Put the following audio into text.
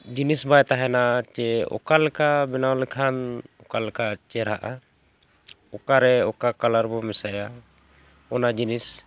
ᱡᱤᱱᱤᱥ ᱵᱟᱭ ᱛᱟᱦᱮᱱᱟ ᱥᱮ ᱚᱠᱟ ᱞᱮᱠᱟ ᱵᱮᱱᱟᱣ ᱞᱮᱠᱷᱟᱱ ᱚᱠᱟ ᱞᱮᱠᱟ ᱪᱮᱦᱨᱟᱜᱼᱟ ᱚᱠᱟᱨᱮ ᱚᱠᱟ ᱠᱟᱞᱟᱨ ᱵᱚᱱ ᱢᱮᱥᱟᱭᱟ ᱚᱱᱟ ᱡᱤᱱᱤᱥ